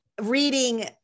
reading